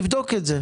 נבדוק את זה.